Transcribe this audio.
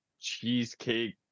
cheesecake